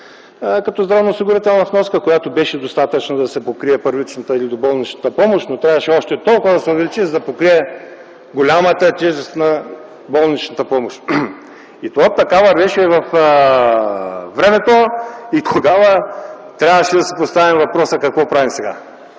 като здравноосигурителна вноска, която беше достатъчна, за да се покрие първичната или доболничната помощ, но трябваше още с толкова да се увеличи, за да се покрие голямата тежест на болничната помощ. Това вървеше така във времето и тогава трябваше да се постави въпросът: какво правим сега?